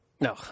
No